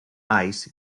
ice